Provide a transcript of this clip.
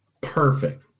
Perfect